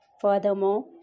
Furthermore